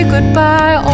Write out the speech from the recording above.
Goodbye